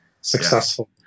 successful